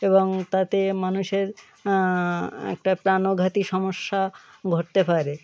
এবং তাতে মানুষের একটা প্রাণঘাতী সমস্যা ঘটতে পারে